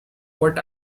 what